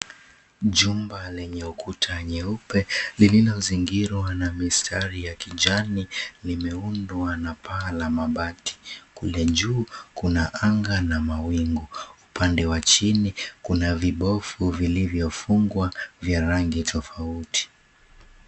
Jumba lenye ukuta nyeupe lililozingirwa na mistari ya kijani, limeundwa na paa la mabati. Kule juu, kuna anga na mawingu. Upande wa chini, kuna vibofu vilivyofungwa, vya rangi tofauti.